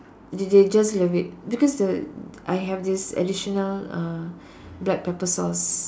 they they just love it because uh I have this additional uh black pepper sauce